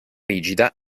rigida